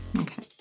Okay